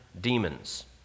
demons